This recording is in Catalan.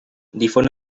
difon